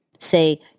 say